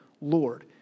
Lord